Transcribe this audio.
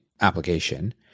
application